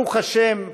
ברוך השם,